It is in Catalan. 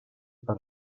per